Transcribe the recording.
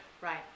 right